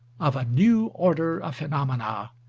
of a new order of phenomena,